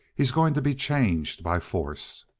he's going to be changed by force!